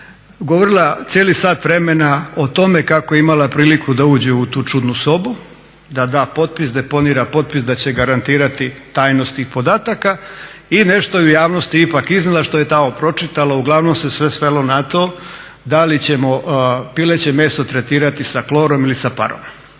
govorila cijeli sat vremena o tome kako je imala priliku da uđe u tu čudnu sobu, da da potpis, deponira potpis da će garantirati tajnost tih podataka i nešto je u javnosti ipak iznijela što je tamo pročitala. Uglavnom se sve svelo na to da li ćemo pileće meso tretirati sa klorom ili sa ….